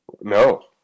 No